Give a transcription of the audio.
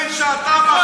איפה הווירוס?